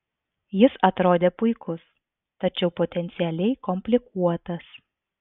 jis atrodė puikus tačiau potencialiai komplikuotas